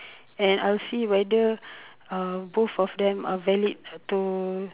and I'll see whether uh both of them are valid to